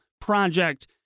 project